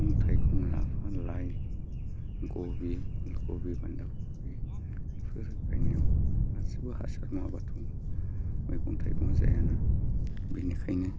मैगं थाइगं लाफा लाइ खबि बान्दा खबि बेफोर गायनायाव गासिबो हासार नङाब्लाथ' मैगं थाइगं जायाना बिनिखायनो